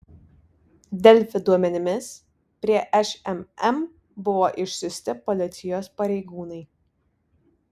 delfi duomenimis prie šmm buvo išsiųsti policijos pareigūnai